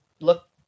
Look